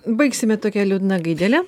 baigsime tokia liūdna gaidele